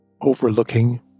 overlooking